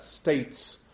states